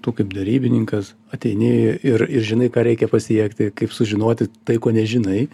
tu kaip derybininkas ateini ir ir žinai ką reikia pasiekti kaip sužinoti tai ko nežinai